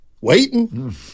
waiting